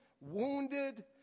wounded